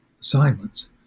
assignments